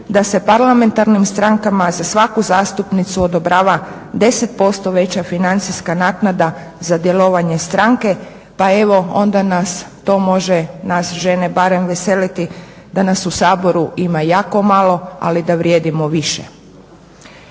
da se parlamentarnim strankama za svaku zastupnicu odobrava 10% veća financijska naknada za djelovanje stranke pa evo onda nas to može nas žene barem veseliti da nas u Saboru ima jako malo, ali da vrijedimo više.